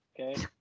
okay